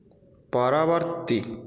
ପରବର୍ତ୍ତୀ